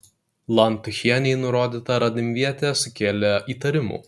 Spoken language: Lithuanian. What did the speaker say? lantuchienei nurodyta radimvietė sukėlė įtarimų